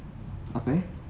apa eh